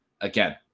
Again